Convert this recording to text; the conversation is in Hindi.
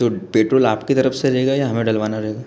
तो पेट्रोल आप की तरफ़ से रहेगा या हमें डलवाना रहेगा